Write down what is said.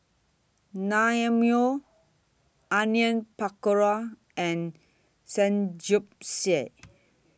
Naengmyeon Onion Pakora and Samgyeopsal